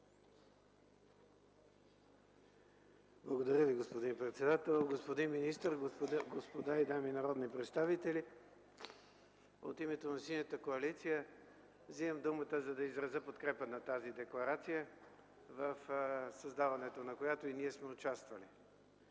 Благодаря Ви, господин председател. Господин министър, господа и дами народни представители! От името на Синята коалиция вземам думата, за да изразя подкрепата към декларацията, в създаването на която и ние сме участвали.